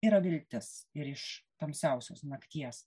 yra viltis ir iš tamsiausios nakties